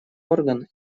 орган